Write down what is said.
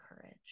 courage